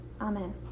Amen